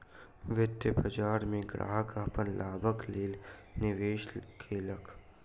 वित्तीय बाजार में ग्राहक अपन लाभक लेल निवेश केलक